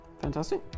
fantastic